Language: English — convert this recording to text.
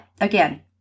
again